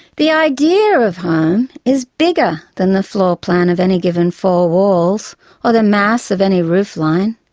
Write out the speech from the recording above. the idea of home is bigger than the floorplan of any given four walls or the mass of any roof line.